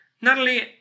Natalie